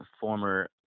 former